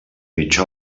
mitja